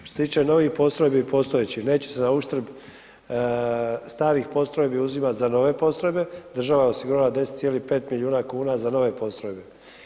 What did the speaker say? Što se tiče novih postrojbi, postojećih, neće se na uštrb starih postrojbi uzimati za nove postrojbe, država je soigurala 10,5 milijuna kuna za nove postrojbe.